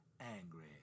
angry